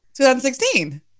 2016